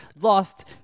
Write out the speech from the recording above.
lost